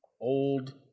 old